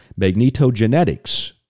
magnetogenetics